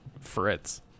Fritz